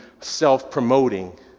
self-promoting